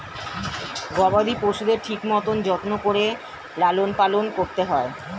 গবাদি পশুদের ঠিক মতন যত্ন করে লালন পালন করতে হয়